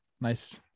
Nice